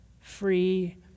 free